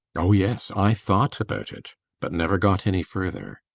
oh yes, i thought about it but never got any further.